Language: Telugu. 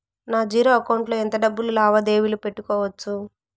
నా జీరో అకౌంట్ లో ఎంత డబ్బులు లావాదేవీలు పెట్టుకోవచ్చు?